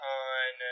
on